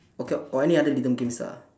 okay or any other rhythm games ah